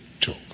took